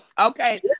Okay